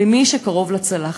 למי שקרוב לצלחת.